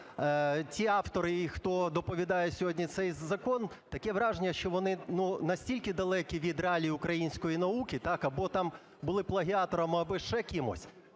ті автори і хто доповідає сьогодні цей закон, таке враження, що вони настільки далекі від реалій української науки або там були плагіаторами, або ще кимось.